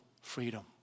freedom